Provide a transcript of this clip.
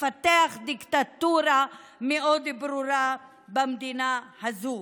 דיקטטורה מאוד ברורה במדינה הזאת.